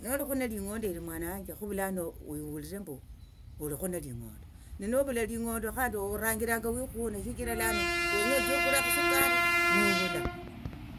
Nolikhu neling'ondo eli mwana wanje khuvulano wehulire mbu olikho neling'ondo novula ling'ondo khandi oranjiranga wikhune shichira lano wenyo otsie okule akhasukari novula